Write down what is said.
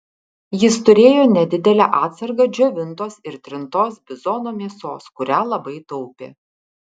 jis turėjo nedidelę atsargą džiovintos ir trintos bizono mėsos kurią labai taupė